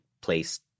place